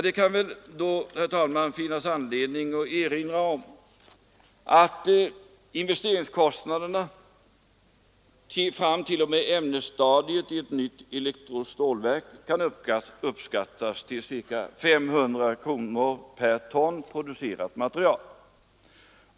Det kan då, herr talman, finnas anledning erinra om att investeringskostnaderna fram t.o.m. ämnesstadiet i ett nytt elektrostålverk får uppskattas till ca 500 kronor per ton producerat material.